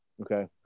Okay